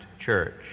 church